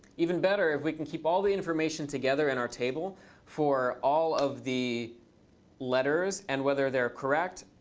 even better, if we can keep all the information together in our table for all of the letters, and whether they're correct,